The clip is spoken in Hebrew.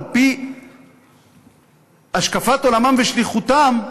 על-פי השקפת עולמם ושליחותם,